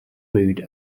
mood